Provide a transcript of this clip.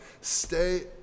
stay